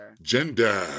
Gender